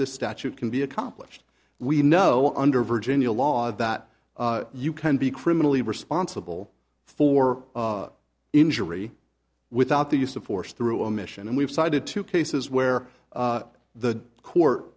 this statute can be accomplished we know under virginia law that you can be criminally responsible for injury without the use of force through omission and we've cited two cases where the court